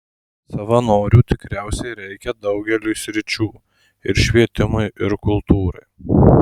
savanorių tikriausiai reikia daugeliui sričių ir švietimui ir kultūrai